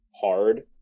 hard